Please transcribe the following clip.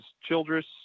Childress